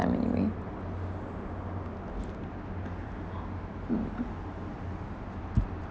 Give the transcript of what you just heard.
anyway